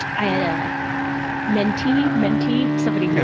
i had a mentee. mentee somebody,